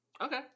Okay